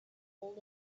told